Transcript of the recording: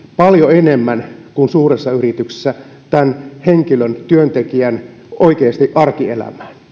paljon suurempi sitoutuminen kuin suuressa yrityksessä tämän henkilön työntekijän arkielämään